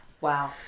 Wow